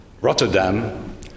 Rotterdam